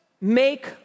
Make